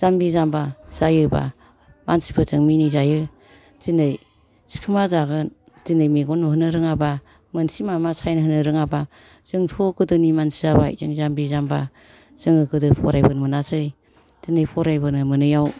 जाम्बि जाम्बा जायोबा मानसिफोरजों मिनिजायो दिनै सिखोमा जागोन दिनै मेगन नुहोनो रोङाबा मोनसे माबा साइन होनो रोङाबा जोंथ' गोदोनि मानसि जाबाय जों जाम्बि जाम्बा जोङो गोदो फरायबोनो मोनासै दिनै फरायबोनो मोनैआव